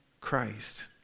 Christ